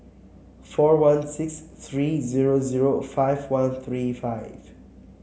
four one six three zero zero five one three five